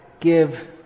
give